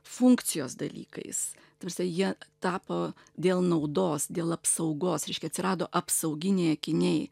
funkcijos dalykais ta prasme jie tapo dėl naudos dėl apsaugos reiškia atsirado apsauginiai akiniai